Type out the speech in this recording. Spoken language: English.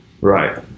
Right